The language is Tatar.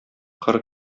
кыр